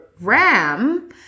ram